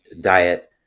diet